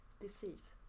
Disease